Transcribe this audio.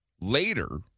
Later